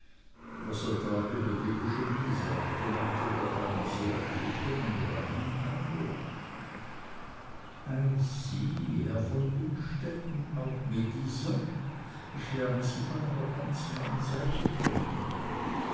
was er da über die eugenie sagte machte doch einen sehr edlen und reinen eindruck ei sieh herr von innstetten auch medisant ich lerne sie von einer ganz neuen seite kennen